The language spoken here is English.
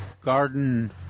garden